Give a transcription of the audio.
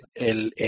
El